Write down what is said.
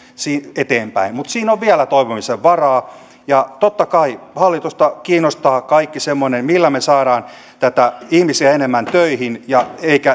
eteenpäin mutta siinä on vielä toivomisen varaa ja totta kai hallitusta kiinnostaa kaikki semmoinen millä me saamme ihmisiä enemmän töihin